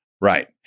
Right